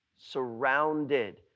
surrounded